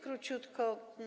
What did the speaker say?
Króciutko.